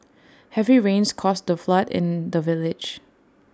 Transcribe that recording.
heavy rains caused A flood in the village